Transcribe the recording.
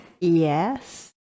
Yes